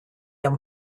amb